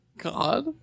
God